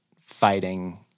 fighting